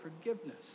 forgiveness